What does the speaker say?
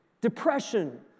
depression